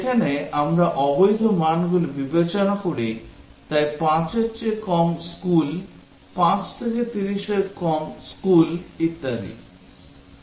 যেখানে আমরা অবৈধ মানগুলি বিবেচনা করি তাই 5 র চেয়ে কম স্কুল 5 থেকে 30 এর মধ্যে কম স্কুল ইত্যাদি